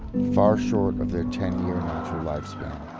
far short of their ten year natural lifespan.